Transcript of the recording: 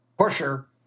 pusher